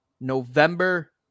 November